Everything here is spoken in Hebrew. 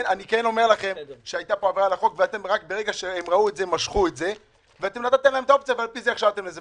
אף אחד לא חולק על זה שתפקיד ועדת הכספים זה לפקח על הפעילות של הממשלה,